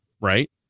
Right